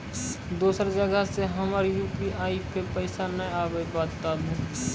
दोसर जगह से हमर यु.पी.आई पे पैसा नैय आबे या बताबू?